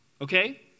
Okay